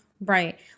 Right